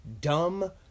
dumb